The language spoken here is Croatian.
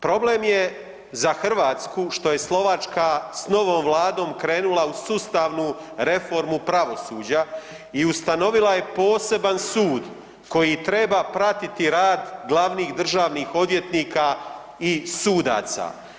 Problem je za Hrvatsku što je Slovačka s novom vladom krenula u sustavnu reformu pravosuđa i ustanovila je poseban sud koji treba pratiti rad glavnih državnih odvjetnika i sudaca.